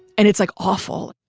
and it's like awful.